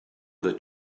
that